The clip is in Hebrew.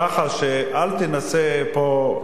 כך שאל תנסה פה,